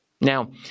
Now